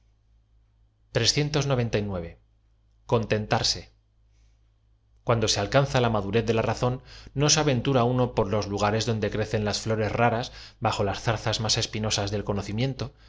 cuando se alcanza la madurez de la razón no se aventura uno por los lugares donde crecen las florea raras bajo laa zarzas más espinosas del conocimientoi